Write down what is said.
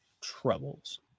troubles